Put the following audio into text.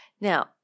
Now